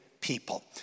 people